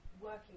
working